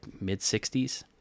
mid-60s